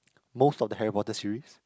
most of the Harry Porter series